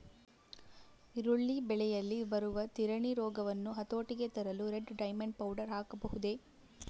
ಈರುಳ್ಳಿ ಬೆಳೆಯಲ್ಲಿ ಬರುವ ತಿರಣಿ ರೋಗವನ್ನು ಹತೋಟಿಗೆ ತರಲು ರೆಡ್ ಡೈಮಂಡ್ ಪೌಡರ್ ಹಾಕಬಹುದೇ?